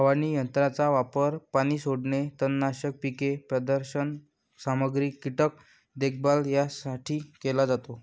फवारणी यंत्राचा वापर पाणी सोडणे, तणनाशक, पीक प्रदर्शन सामग्री, कीटक देखभाल यासाठी केला जातो